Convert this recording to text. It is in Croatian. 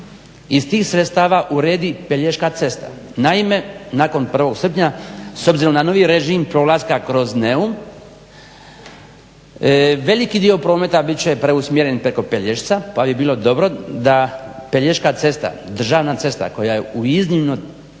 iz tih sredstava uredi Pelješka cesta. Naime nakon 1.srpnja s obzirom na novi režim prolaska kroz Neum veliki dio prometa bit će usmjeren preko Pelješca pa bi bilo dobro da Pelješka cesta, državna cesta koja je u iznimno